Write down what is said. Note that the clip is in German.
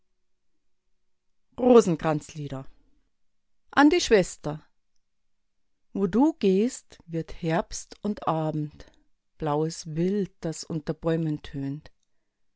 rosenkranzlieder an die schwester wo du gehst wird herbst und abend blaues wild das unter bäumen tönt